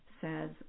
says